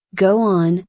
go on,